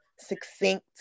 succinct